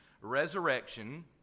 resurrection